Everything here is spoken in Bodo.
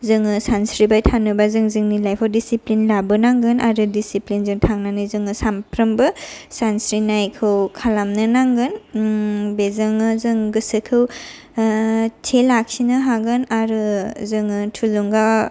जोङो सानस्रिबाय थानोबा जों जोंनि लाइफआव डिसिप्लिन लाबो नांगोन आरो डिसिप्लिनजों थांनानै जोङो सामफ्रामबो सानस्रिनायखौ खालामनो नांगोन बेजोंनो जों गोसोखौ थि लाखिनो हागोन आरो जोङो थुलुंगा